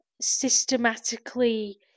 systematically